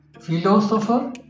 philosopher